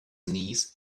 knees